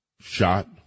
shot